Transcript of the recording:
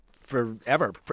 forever